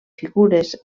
figures